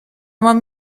mam